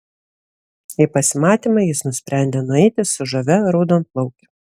į pasimatymą jis nusprendė nueiti su žavia raudonplauke